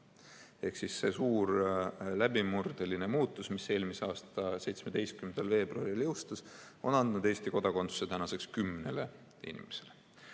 Ehk siis see suur läbimurdeline muutus, mis eelmise aasta 17. veebruaril jõustus, on andnud Eesti kodakondsuse tänaseks 10 inimesele.